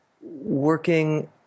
working